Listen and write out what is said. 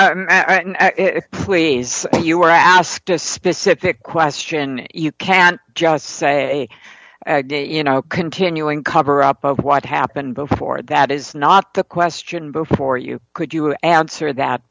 out you were asked a specific question you can't just say in our continuing cover up of what happened before that is not the question before you could you answer that